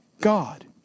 God